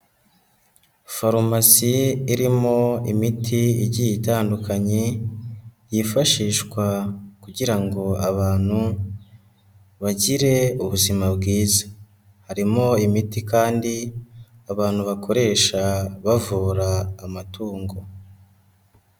Farumasi irimo imiti igiye itandukanye yifashishwa kugira ngo abantu bagire ubuzima bwiza, harimo imiti kandi abantu bakoresha bavura amatungo.